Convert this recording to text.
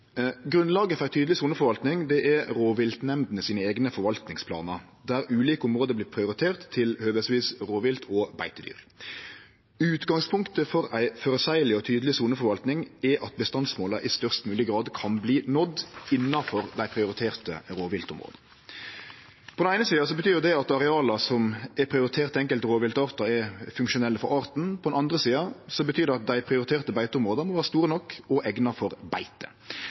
Grunnlaget for ei tydeleg soneforvalting er rovviltnemndene sine eigne forvaltingsplanar, der ulike område vert prioriterte til høvesvis rovvilt og beitedyr. Utgangspunktet for ei føreseieleg og tydeleg soneforvalting er at bestandsmåla i størst mogleg grad kan verte nådde innanfor dei prioriterte rovviltområda. På den eine sida betyr det at areala som er prioriterte til enkelte rovviltartar, er funksjonelle for arten, på den andre sida betyr det at dei prioriterte beiteområda må vere store nok og eigna for beite.